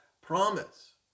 promise